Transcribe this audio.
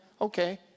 Okay